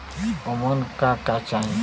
ओमन का का चाही?